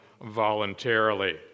voluntarily